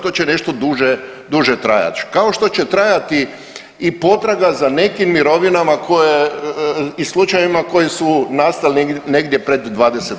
To će nešto duže trajati kao što će trajati i potraga za nekim mirovinama i slučajevima koji su nastali negdje pred 20